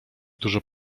dużo